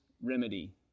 remedy